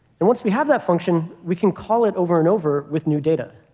and once we have that function, we can call it over and over with new data.